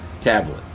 tablet